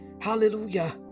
hallelujah